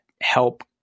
help